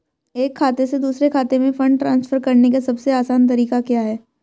एक खाते से दूसरे खाते में फंड ट्रांसफर करने का सबसे आसान तरीका क्या है?